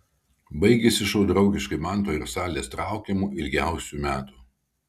baigėsi šou draugiškai manto ir salės traukiamu ilgiausių metų